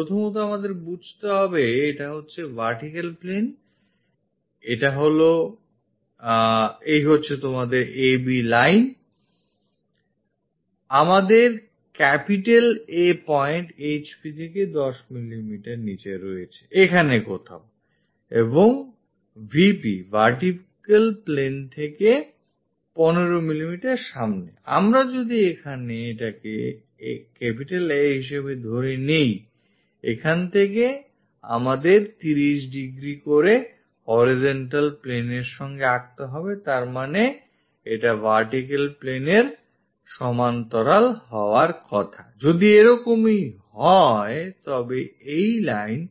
প্রথমত আমাদের বুঝতে হবে এটা হচ্ছে vertical plane এটা হল এবং এই হচ্ছে তোমাদের AB লাইনI আমাদের A point HP থেকে 10 মিলিমিটার নিচে রয়েছে এখানে কোথাও এবং BP থেকে15 মিলিমিটার সামনেI আমরা যদি এখানে এটাকে A হিসেবে ধরেনি এখান থেকে আমাদের 30° করে horizontal planeএর সঙ্গে আঁকতে হবেI তারমানে এটা vertical planeএর সমান্তরাল হওয়ার কথাI যদি এরকমই হয় তবে এই line